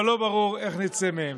אבל לא ברור איך נצא מהם.